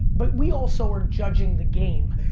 but we also are judging the game.